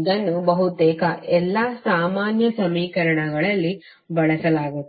ಇದನ್ನು ಬಹುತೇಕ ಎಲ್ಲಾ ಸಾಮಾನ್ಯ ಸಮೀಕರಣಗಳಲ್ಲಿ ಬಳಸಲಾಗುತ್ತದೆ